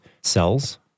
cells